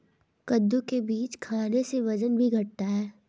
कद्दू के बीज खाने से वजन भी घटता है